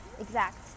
exact